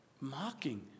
Mocking